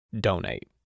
donate